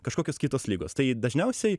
kažkokios kitos ligos tai dažniausiai